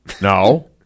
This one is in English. No